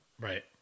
Right